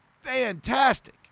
fantastic